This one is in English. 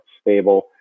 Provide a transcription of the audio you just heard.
stable